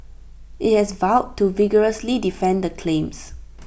IT has vowed to vigorously defend the claims